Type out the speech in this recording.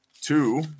two